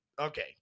Okay